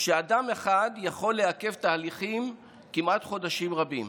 שאדם אחד יכול לעכב תהליכים חודשים רבים.